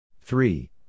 three